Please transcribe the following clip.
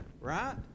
right